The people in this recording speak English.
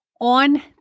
on